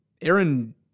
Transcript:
Aaron